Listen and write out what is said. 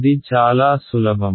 ఇది చాలా సులభం